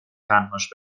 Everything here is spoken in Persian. تنهاش